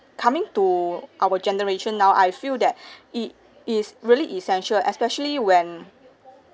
coming to our generation now I feel that it is really essential especially when